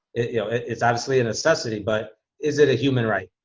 it's obviously a necessity, but is it a human right?